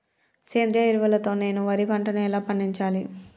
సేంద్రీయ ఎరువుల తో నేను వరి పంటను ఎలా పండించాలి?